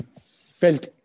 felt